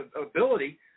ability